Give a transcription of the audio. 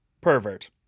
pervert